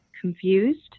confused